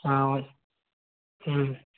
ಹಾಂ ಹ್ಞೂ